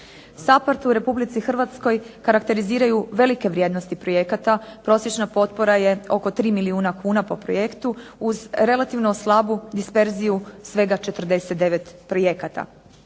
SAPHARD u RH karakteriziraju velike vrijednosti projekata. Prosječna potpora je oko 3 milijuna kuna po projektu uz relativnu slabu disperziju svega 49 projekata.